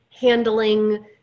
handling